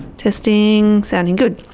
testing. sounding good.